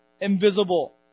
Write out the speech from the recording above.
invisible